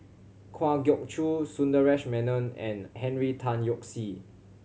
Kwa Geok Choo Sundaresh Menon and Henry Tan Yoke See